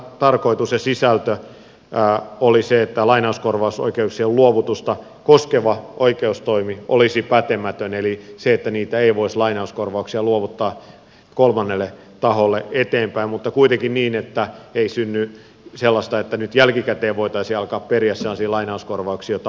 tarkoitus ja sisältö oli se että lainauskorvausoikeuksien luovutusta koskeva oikeustoimi olisi pätemätön eli se että niitä lainauskorvauksia ei voisi luovuttaa kolmannelle taholle eteenpäin mutta kuitenkin niin että ei synny sellaista että nyt jälkikäteen voitaisiin alkaa periä sellaisia lainauskorvauksia joita on luovutettu eteenpäin